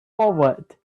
forward